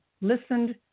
listened